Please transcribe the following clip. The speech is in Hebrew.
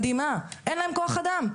מדהימה - אין להם כוח אדם,